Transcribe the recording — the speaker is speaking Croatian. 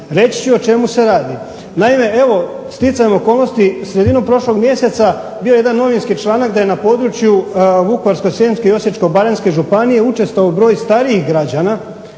Reći ću o čemu se radi. Naime, sticajem okolnosti sredinom prošlog mjeseca bio je jedan novinski članak da je na području Vukovarsko-srijemske i Osječko-baranjske županije učestao broj starijih građana